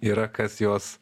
yra kas juos